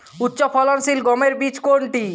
উচ্চফলনশীল গমের বীজ কোনটি?